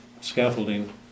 scaffolding